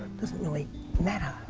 doesn't really matter.